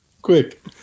Quick